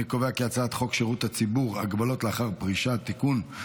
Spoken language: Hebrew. אני קובע כי הצעת חוק שירות הציבור (הגבלות לאחר פרישה) (תיקון,